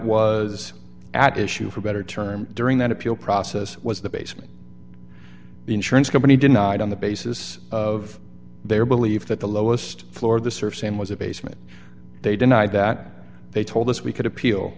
was at issue for a better term during that appeal process was the basement insurance company denied on the basis of their belief that the lowest floor of the service and was a basement they denied that they told us we could appeal